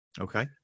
okay